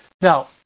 Now